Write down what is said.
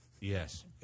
Yes